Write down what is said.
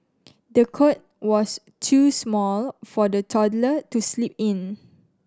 the cot was too small for the toddler to sleep in